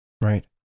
Right